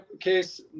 case